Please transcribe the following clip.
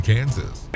Kansas